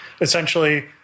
Essentially